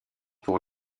pour